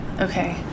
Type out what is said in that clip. Okay